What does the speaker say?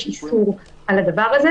יש איסור על כך.